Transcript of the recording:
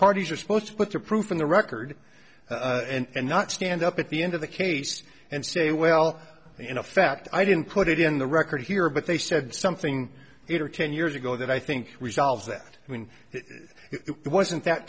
parties are supposed to put the proof in the record and not stand up at the end of the case and say well in effect i didn't put it in the record here but they said something it or ten years ago that i think resolves that i mean it wasn't that